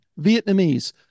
Vietnamese